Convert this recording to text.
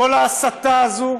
כל ההסתה הזו,